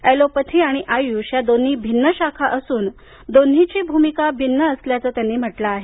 allopathy आणि आयुष या दोन्ही भिन्न शाखा असून दोन्हीची भूमिका भिन्न असल्याचं त्यांनी म्हटलं आहे